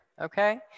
okay